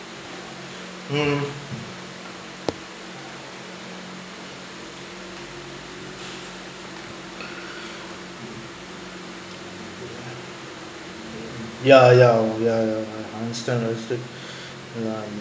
mm ya ya ya I I understand understood ya